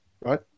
right